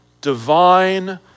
divine